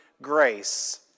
Grace